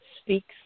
speaks